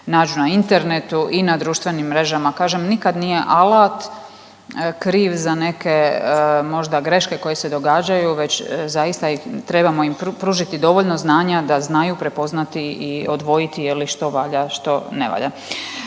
nađu na internetu i na društvenim mrežama. Kažem nikad nije alat kriv za neke možda greške koje se događaju već zaista trebamo im pružiti dovoljno znanja da znaju prepoznati i odvojiti je li što valja što ne valja.